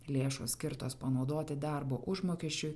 lėšos skirtos panaudoti darbo užmokesčiui